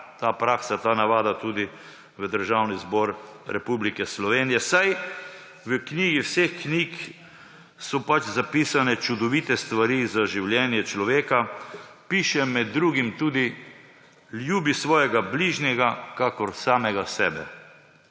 ta praksa, ta navada tudi v Državni zbor Republike Slovenije, saj v knjigi vseh knjig so pač zapisane čudovite stvari za življenje človeka. Piše med drugim: »Ljubi svojega bližnjega kakor samega sebe.«